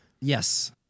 Yes